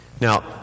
Now